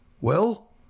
Well